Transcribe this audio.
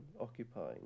occupying